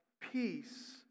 peace